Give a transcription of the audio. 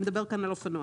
זה מדבר כאן על אופנוע.